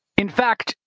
in fact,